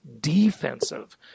defensive